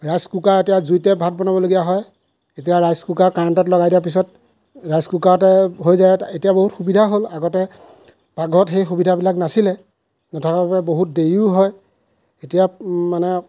rice cooker এতিয়া জুইতে ভাত বনাবলগীয়া হয় এতিয়া ৰাইচ কুকাৰ কাৰেণ্টত লগাই দিয়াৰ পিছত ৰাইচ কুকাৰতে হৈ যায় এতিয়া বহুত সুবিধা হ'ল আগতে পাকঘৰত সেই সুবিধাবিলাক নাছিলে নথকাৰ বাবে বহুত দেৰিও হয় এতিয়া মানে